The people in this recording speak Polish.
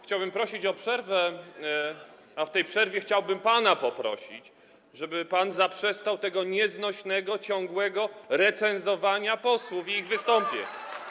Chciałbym prosić o przerwę, a w tej przerwie chciałbym pana poprosić, żeby pan zaprzestał tego nieznośnego, ciągłego recenzowania posłów i ich wystąpień.